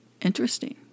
Interesting